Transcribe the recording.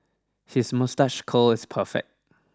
his moustache curl is perfect